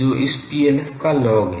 जो इस PLF का log है